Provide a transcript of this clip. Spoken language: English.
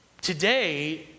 Today